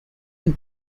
and